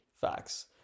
Facts